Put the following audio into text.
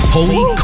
Holy